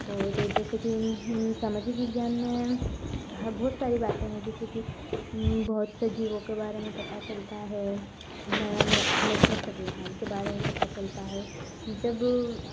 और जैसे की सामाजिक विज्ञान में बहुत सारी बातें हैं जैसे की बहुत से जीवों के बारे में पता चलता है हमें हमें अपने संविधान के बारे में पता चलता है जब